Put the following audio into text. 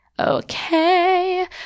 Okay